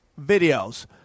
videos